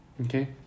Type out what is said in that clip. okay